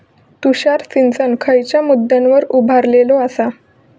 तुषार सिंचन खयच्या मुद्द्यांवर उभारलेलो आसा?